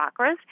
chakras